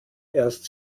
erst